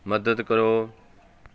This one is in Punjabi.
ਮਦਦ ਕਰੋ